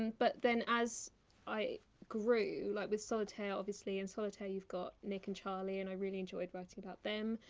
but then, as i grew, like with solitaire, obviously, in solitaire you've got nick and charlie, and i really enjoyed writing about them,